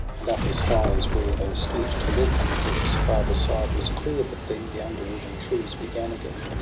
and up as high as where they stood to look on the brook's farther side was clear but then the underwood and trees began again.